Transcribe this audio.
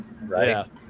right